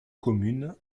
communes